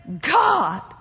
God